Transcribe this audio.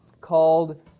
called